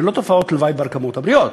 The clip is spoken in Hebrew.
ללא תופעות לוואי ברקמות הבריאות,